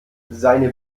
seine